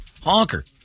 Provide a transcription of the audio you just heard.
honker